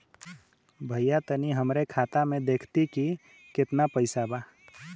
भईया तनि हमरे खाता में देखती की कितना पइसा बा?